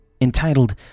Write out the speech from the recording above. entitled